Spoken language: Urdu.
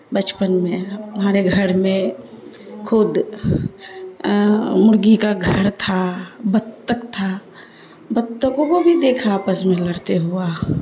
بچپن میں ہمارے گھر میں خود مرغی کا گھر تھا بطخ تھا بطخوں کو بھی دیکھا آپس میں لڑتے ہوا